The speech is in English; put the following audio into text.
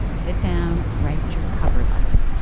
sit down, write your cover letter.